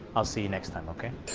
i'll see you next time, ok?